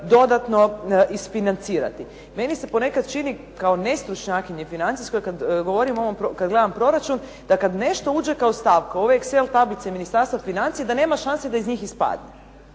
dodatno isfinancirati. Meni se ponekad čini kao nestručnjakinji financijskoj kad govorim o ovom, kad gledam proračun, da kad nešto uđe kao stavka, u ovoj excell tablici Ministarstva financija da nema šanse da iz njih ispadne.